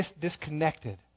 disconnected